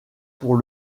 pour